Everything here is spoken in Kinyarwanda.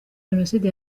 jenoside